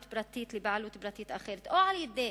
פרטית לבעלות פרטית אחרת: או על-ידי